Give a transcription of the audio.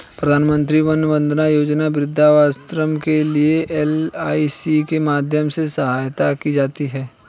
प्रधानमंत्री वय वंदना योजना वृद्धावस्था के लिए है, एल.आई.सी के माध्यम से सहायता की जाती है